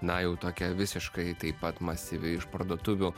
na jau tokia visiškai taip pat masyvi išparduotuvių